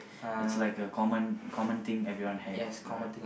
it's like a common common thing everyone have right